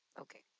Okay